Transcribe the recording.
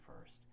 first